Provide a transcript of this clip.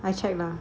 I check now